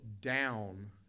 down